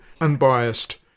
unbiased